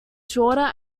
shorter